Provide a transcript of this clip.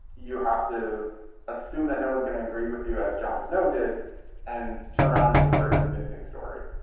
you have to assume that no one's going to agree with you as jon snow did and turn around and make a very convincing story.